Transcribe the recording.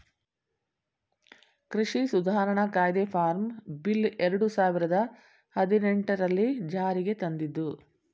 ಕೃಷಿ ಸುಧಾರಣಾ ಕಾಯ್ದೆ ಫಾರ್ಮ್ ಬಿಲ್ ಎರಡು ಸಾವಿರದ ಹದಿನೆಟನೆರಲ್ಲಿ ಜಾರಿಗೆ ತಂದಿದ್ದು